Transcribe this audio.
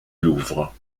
louvre